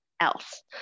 else